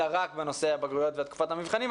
אלא רק בנושא הבגרויות ותקופת המבחנים.